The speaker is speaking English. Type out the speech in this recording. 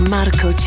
Marco